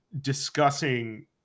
discussing